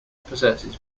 possesses